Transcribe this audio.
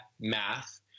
math